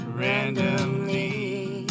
randomly